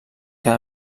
que